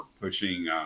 pushing